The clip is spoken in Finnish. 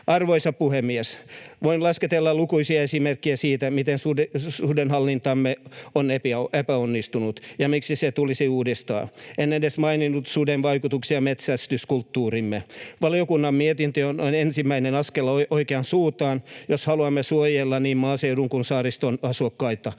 Arvoisa puhemies! Voin lasketella lukuisia esimerkkejä siitä, miten sudenhallintamme on epäonnistunut ja miksi se tulisi uudistaa. En edes maininnut suden vaikutuksia metsästyskulttuuriimme. Valiokunnan mietintö on ensimmäinen askel oikeaan suuntaan, jos haluamme suojella paitsi niin maaseudun kuin saariston asukkaita